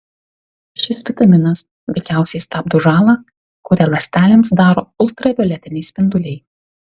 šis vitaminas veikiausiai stabdo žalą kurią ląstelėms daro ultravioletiniai spinduliai